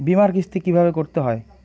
বিমার কিস্তি কিভাবে করতে হয়?